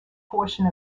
portion